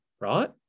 right